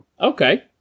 Okay